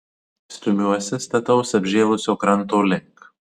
stumiuosi stataus apžėlusio kranto link